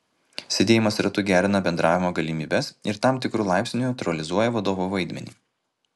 sėdėjimas ratu gerina bendravimo galimybes ir tam tikru laipsniu neutralizuoja vadovo vaidmenį